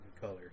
color